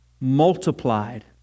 multiplied